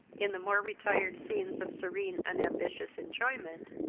in the more retired scenes of serene unambitious enjoyment,